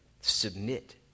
submit